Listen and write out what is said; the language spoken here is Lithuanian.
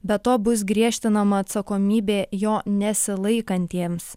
be to bus griežtinama atsakomybė jo nesilaikantiems